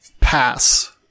pass